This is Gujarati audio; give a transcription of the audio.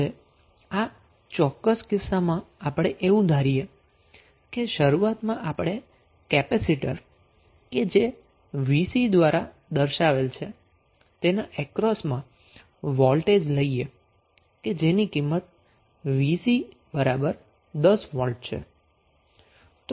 હવે આ ચોક્કસ કિસ્સામાં આપણે એવું ધારીએ કે શરૂઆતમાં આપણે કેપેસિટર કે જે vC દ્વારા દર્શાવેલ છે તેના અક્રોસમાં વોલ્ટેજ લઈએ કે જેની વેલ્યુ vC 10 volt છે